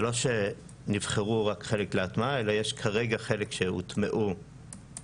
זה לא שנבחרו רק חלק להטמעה אלא יש כרגע חלק שהוטמעו כבר.